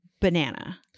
banana